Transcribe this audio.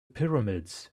pyramids